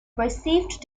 perceived